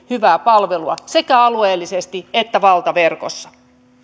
hyvää palvelua sekä alueellisesti että valtaverkossa